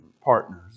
partners